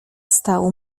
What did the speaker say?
stał